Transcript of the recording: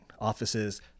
offices